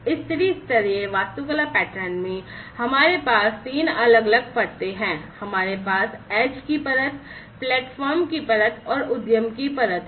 इस त्रि स्तरीय वास्तुकला पैटर्न में हमारे पास तीन अलग अलग परतें हैं हमारे पास एज की परत और उद्यम की परत है